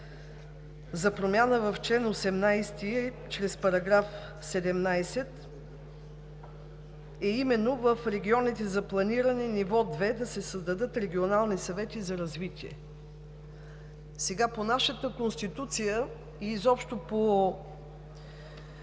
за промяна на чл. 18 чрез § 17, е именно в регионите за планиране ниво 2 да се създадат регионални съвети за развитие. Сега по нашата Конституция и изобщо по